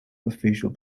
official